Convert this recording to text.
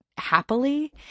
happily